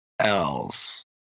else